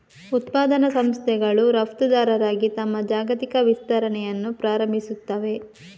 ಉತ್ಪಾದನಾ ಸಂಸ್ಥೆಗಳು ರಫ್ತುದಾರರಾಗಿ ತಮ್ಮ ಜಾಗತಿಕ ವಿಸ್ತರಣೆಯನ್ನು ಪ್ರಾರಂಭಿಸುತ್ತವೆ